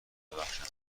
ببخشمش